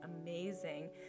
amazing